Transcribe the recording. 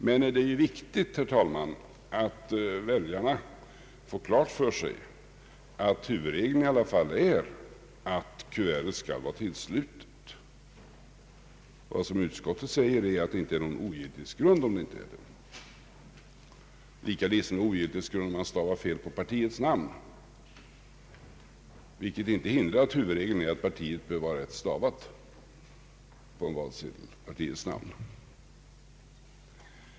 Men det är viktigt, herr talman, att väljarna får klart för sig att huvudregeln i alla fall är att kuvertet skall vara tillslutet. Vad utskottet säger är att det inte är någon ogiltighetsgrund om kuvertet inte är tillslutet, lika litet som det är en ogiltighetsgrund att stava partiets namn fel, vilket dock inte hindrar att huvudregeln är att partiets namn bör vara rätt stavat på valsedeln.